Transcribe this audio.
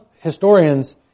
historians